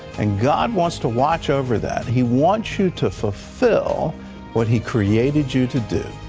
and god wants to watch over that. he wants you to fulfill what he created you to do.